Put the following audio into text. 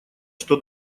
что